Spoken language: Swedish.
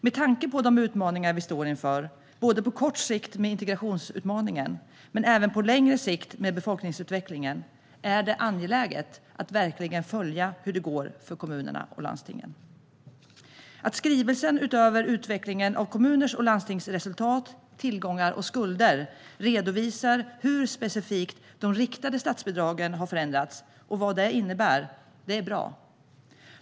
Med tanke på de utmaningar vi står inför, både på kort sikt med integrationsutmaningen och på längre sikt med befolkningsutvecklingen, är det angeläget att verkligen följa hur det går för kommunerna och landstingen. Att skrivelsen utöver utvecklingen av kommuners och landstings resultat, tillgångar och skulder redovisar hur specifikt de riktade statsbidragen har förändrats och vad det innebär är bra.